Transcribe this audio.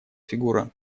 фигура